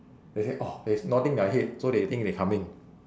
they say oh they is nodding their head so they think they coming